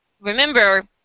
remember